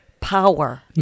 power